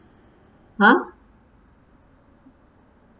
!huh!